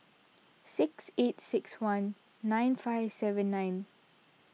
six eight six one nine five seven nine